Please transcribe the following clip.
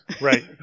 Right